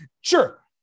Sure